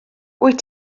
wyt